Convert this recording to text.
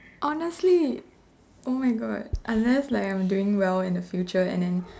honestly oh my God unless like I'm doing well in the future and then